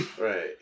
right